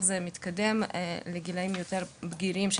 איך זה מתקדם לגילאים יותר גדולים של